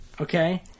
okay